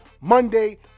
Monday